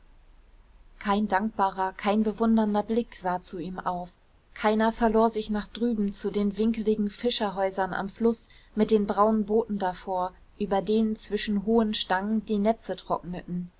kein dankbarer kein bewundernder blick sah zu ihm auf keiner verlor sich nach drüben zu den winkeligen fischerhäusern am fluß mit den braunen booten davor über denen zwischen hohen stangen die netze trockneten